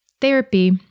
therapy